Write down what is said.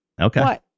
Okay